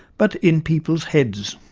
but in people's heads'.